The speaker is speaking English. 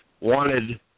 wanted –